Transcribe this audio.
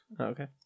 Okay